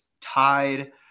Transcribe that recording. tied